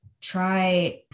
try